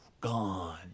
gone